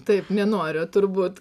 taip nenoriu turbūt